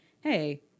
hey